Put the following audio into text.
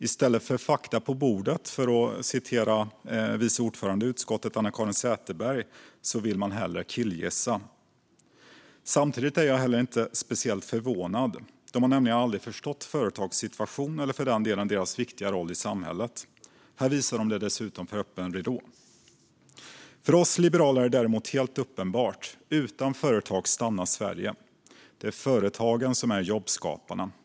I stället för fakta på bordet vill man hellre killgissa, om jag får använda samma ord som vice ordföranden i utskottet Anna-Caren Sätherberg gjorde. Samtidigt är jag heller inte speciellt förvånad. De har nämligen aldrig förstått företags situation eller för den delen deras viktiga roll i samhället. Här visar de det dessutom för öppen ridå. För oss liberaler är det däremot helt uppenbart: Utan företag stannar Sverige. Det är företagen som är jobbskaparna.